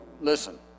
listen